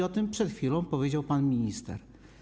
O tym przed chwilą powiedział pan minister.